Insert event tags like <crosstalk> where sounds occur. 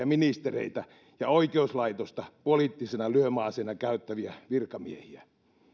<unintelligible> ministereitä ja oikeuslaitosta poliittisena lyömäaseena käyttäviä virkamiehiä